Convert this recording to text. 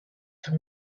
from